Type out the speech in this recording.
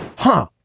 huh.